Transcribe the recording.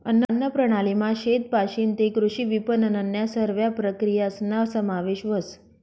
अन्नप्रणालीमा शेतपाशीन तै कृषी विपनननन्या सरव्या प्रक्रियासना समावेश व्हस